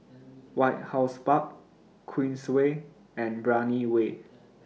White House Park Queensway and Brani Way